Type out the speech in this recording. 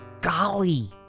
golly